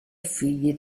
figli